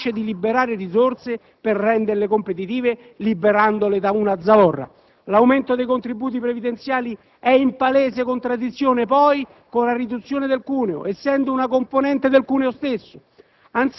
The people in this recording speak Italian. capace di liberare risorse per renderle competitive, liberandole da una zavorra. L'aumento dei contributi previdenziali è poi in palese contraddizione con la riduzione del cuneo, essendo una componente del cuneo stesso.